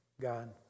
God